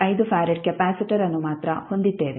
5 farad capacitor ಅನ್ನು ಮಾತ್ರ ಹೊಂದಿದ್ದೇವೆ